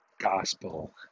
gospel